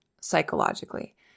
psychologically